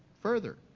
further